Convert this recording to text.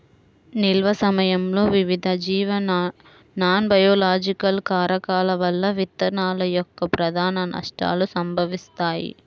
నిల్వ సమయంలో వివిధ జీవ నాన్బయోలాజికల్ కారకాల వల్ల విత్తనాల యొక్క ప్రధాన నష్టాలు సంభవిస్తాయి